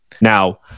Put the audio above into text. Now